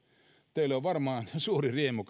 teille on varmaan suuri riemu